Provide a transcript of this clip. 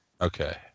Okay